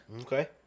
Okay